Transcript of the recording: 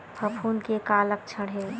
फफूंद के का लक्षण हे?